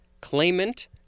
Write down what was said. claimant